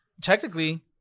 technically